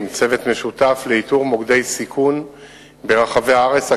צוות משותף לאיתור מוקדי סיכון ברחבי הארץ,